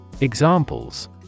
Examples